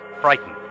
frightened